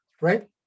right